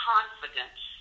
Confidence